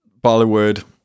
Bollywood